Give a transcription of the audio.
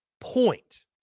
point